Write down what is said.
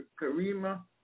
Karima